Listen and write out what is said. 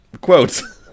Quotes